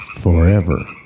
forever